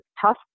tough